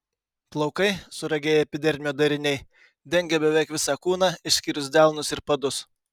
plaukai suragėję epidermio dariniai dengia beveik visą kūną išskyrus delnus ir padus